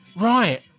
Right